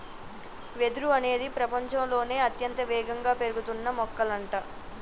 వెదురు అనేది ప్రపచంలోనే అత్యంత వేగంగా పెరుగుతున్న మొక్కలంట